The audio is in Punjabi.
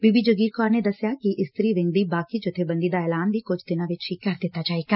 ਬੀਬੀ ਜਗੀਰ ਕੌਰ ਨੇ ਦਸਿਆ ਕਿ ਇਸਤਰੀ ਵਿੰਗ ਦੀ ਬਾਕੀ ਜਬੇਬੰਦੀ ਦਾ ਐਲਾਨ ਵੀ ਕੁਝ ਦਿਨਾ ਵਿਚ ਕਰ ਦਿੱਤਾ ਜਾਵੇਗਾ